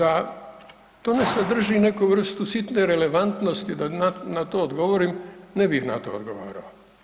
A da to ne sadrži neku vrstu sitne relevantnosti da na to odgovorim, ne bih na to odgovarao.